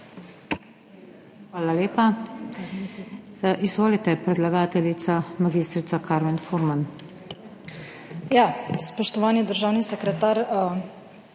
Hvala lepa. Izvolite, predlagateljica mag. Karmen Furman.